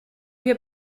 wir